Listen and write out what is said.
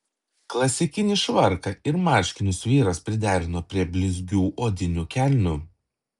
klasikinį švarką ir marškinius vyras priderino prie blizgių odinių kelnių